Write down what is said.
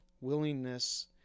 Willingness